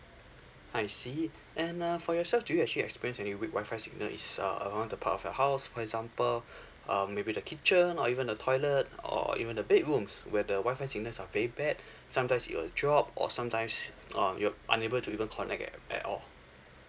I see and uh for yourself do you actually experienced any weak Wi-Fi signal is uh around the part of your house for example um maybe the kitchen or even the toilet or even the bedrooms where the Wi-Fi signals are very bad sometimes it'll drop or sometimes um you're unable to even connect at at all